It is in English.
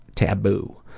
taboo.